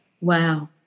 Wow